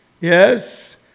Yes